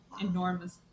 enormous